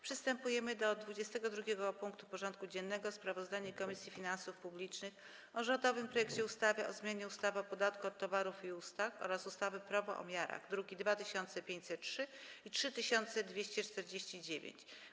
Przystępujemy do rozpatrzenia punktu 22. porządku dziennego: Sprawozdanie Komisji Finansów Publicznych o rządowym projekcie ustawy o zmianie ustawy o podatku od towarów i usług oraz ustawy Prawo o miarach (druki nr 2503 i 3249)